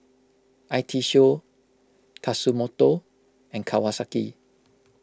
I T Show Tatsumoto and Kawasaki